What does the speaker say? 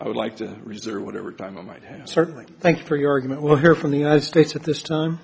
i would like to reserve whatever time i might have certainly thanks for your argument we'll hear from the united states at this time